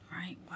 Right